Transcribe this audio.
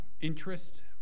interest